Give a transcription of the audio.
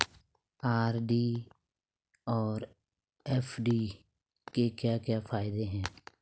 RD और FD के क्या क्या फायदे हैं?